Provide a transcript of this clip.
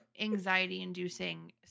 anxiety-inducing